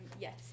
Yes